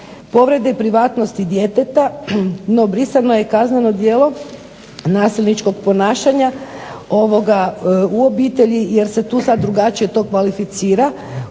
povrede privatnosti djeteta. No, brisano je kazneno djelo nasilničkog ponašanja u obitelji jer se tu sad drugačije to kvalificira